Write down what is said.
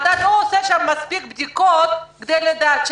אתה לא עושה שם מספיק בדיקות כדי לדעת.